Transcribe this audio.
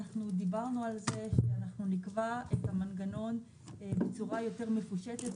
אנחנו דיברנו על זה ואנחנו נקבע את המנגנון בצורה יותר מפושטת,